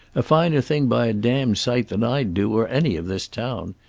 a finer thing by a damned sight than i'd do, or any of this town.